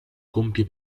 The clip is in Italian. compie